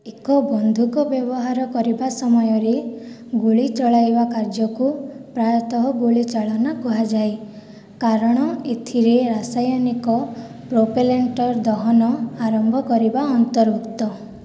ଏକ ବନ୍ଧୁକ ବ୍ୟବହାର କରିବା ସମୟରେ ଗୁଳି ଚଳାଇବା କାର୍ଯ୍ୟକୁ ପ୍ରାୟତଃ ଗୁଳି ଚାଳନା କୁହାଯାଏ କାରଣ ଏଥିରେ ରାସାୟନିକ ପ୍ରୋପେଲେଣ୍ଟର ଦହନ ଆରମ୍ଭ କରିବା ଅନ୍ତର୍ଭୁକ୍ତ